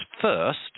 first